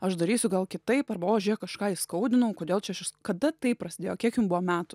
aš darysiu gal kitaip arba o žė kažką įskaudinau kodėl čia aš kada tai prasidėjo kiek jum buvo metų